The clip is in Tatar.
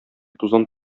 тузан